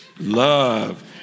love